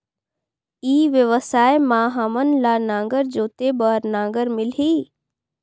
ई व्यवसाय मां हामन ला नागर जोते बार नागर मिलही?